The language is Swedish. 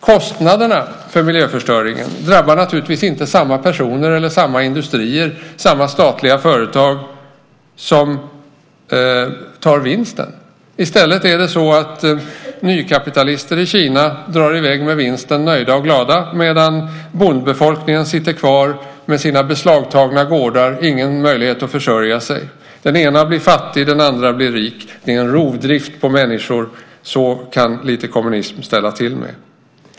Kostnaderna för miljöförstöringen drabbar naturligtvis inte samma personer, samma industrier och samma statliga företag som tar vinsten. I stället är det nykapitalister i Kina som drar i väg med vinsten, nöjda och glada, medan bondbefolkningen sitter kvar med sina beslagtagna gårdar och utan möjlighet att försörja sig. Den ena blir fattig; den andra blir rik. Det är en rovdrift på människor. Det kan lite kommunism ställa till med.